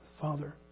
Father